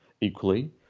equally